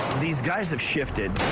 these guys have shifted.